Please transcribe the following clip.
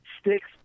sticks